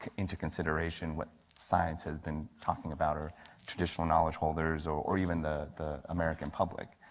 into consideration, what science has been talking about or traditional knowledge holders or or even the the american public,